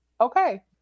Okay